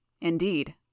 Indeed